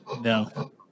no